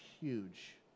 huge